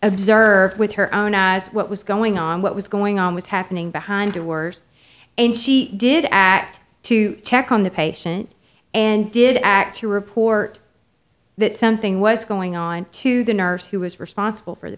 observe with her own eyes what was going on what was going on was happening behind doors and she did act to check on the patient and did act to report that something was going on to the nurse who was responsible